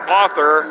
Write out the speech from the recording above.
author